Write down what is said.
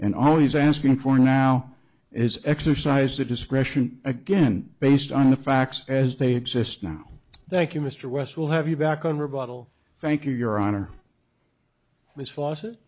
and always asking for now is exercise that discretion again based on the facts as they exist now thank you mr west will have you back on rebuttal thank you your honor ms fa